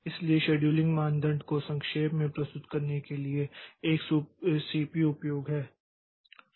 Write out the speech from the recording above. इसलिए शेड्यूलिंग मानदंड को संक्षेप में प्रस्तुत करने के लिए एक सीपीयू उपयोग है